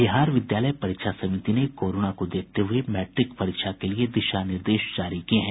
बिहार विद्यालय परीक्षा समिति ने कोरोना को देखते हुए मैट्रिक परीक्षा के लिये दिशा निर्देश जारी किये हैं